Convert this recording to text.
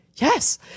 Yes